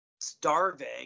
starving